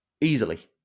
easily